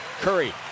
Curry